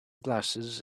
glasses